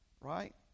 right